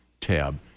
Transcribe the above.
tab